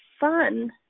fun